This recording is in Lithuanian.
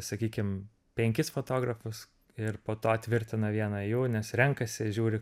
sakykim penkis fotografus ir po to tvirtina vieną jų nes renkasi žiūri